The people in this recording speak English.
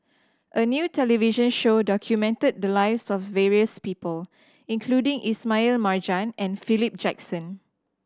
a new television show documented the lives of various people including Ismail Marjan and Philip Jackson